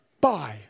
Bye